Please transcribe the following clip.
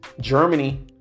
Germany